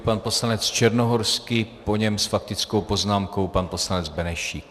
Pan poslanec Černohorský, po něm s faktickou poznámkou pan poslanec Benešík.